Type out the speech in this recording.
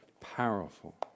powerful